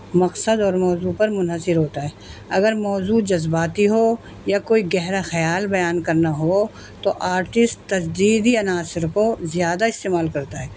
مقصد اور موضوع پر منحصر ہوتا ہے اگر موضوع جذباتی ہو یا کوئی گہرا خیال بیان کرنا ہو تو آرٹسٹ تجدیدی عناصر کو زیادہ استعمال کرتا ہے